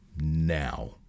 now